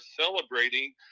celebrating